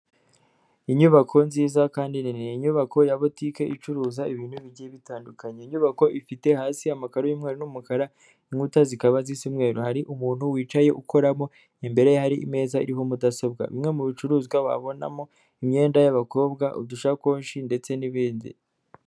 Inyubako nziza kandi ni inyubako ya butike icuruza ibintu bigiye bitandukanye. Iyi nyubako ifite hasi amakaguru y'umweru n'umukara, inkuta zikaba zisa umweru. Hari umuntu wicaye ukoramo imbere ye hari imeza iriho mudasobwa. Bimwe mu bicuruzwa wabonamo imyenda y'abakobwa, udushakoshi, ndetse n'ibindi.